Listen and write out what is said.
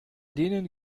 denen